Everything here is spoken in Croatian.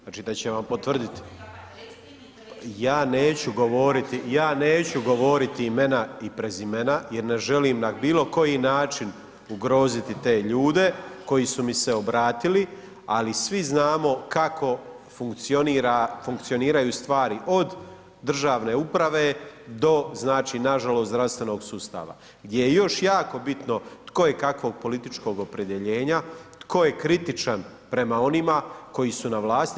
Znači da će vam potvrditi? ... [[Upadica se ne čuje.]] Ja neću govoriti, ja neću govoriti imena i prezimena jer ne želim na bilo koji način ugroziti te ljude koji su mi se obratili ali svi znamo kako funkcioniraju stvari od državne uprave do znači nažalost zdravstvenog sustava gdje je još jako bitno tko je kakvog političkog opredjeljenja, tko je kritičan prema onima koji su na vlasti.